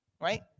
right